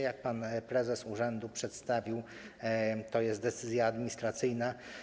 Jak pan prezes urzędu to przedstawił, to jest decyzja administracyjna.